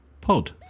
pod